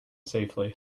safely